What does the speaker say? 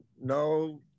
no